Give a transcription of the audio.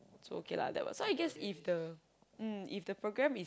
so okay lah that was so I guess if the mm if the program is